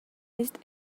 missed